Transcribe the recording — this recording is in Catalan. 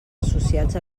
associats